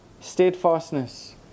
steadfastness